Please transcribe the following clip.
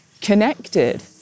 connected